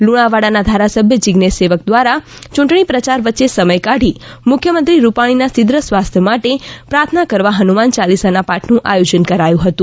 લુણાવાડા ના ધારાસભ્ય જિઝેશ સેવક દ્વારા યૂંટણી પ્રચાર વચ્ચે સમય કાઢી મુખ્યમંત્રી રૂપાણી ના શીધ્ર સ્વાસ્થ્ય માટે પ્રાર્થના કરવા હનુમાન ચાલીસા ના પાઠ નું આયોજન કરાયું હતું